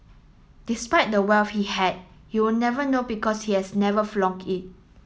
despite the wealth he had you would never know because he has never flaunt it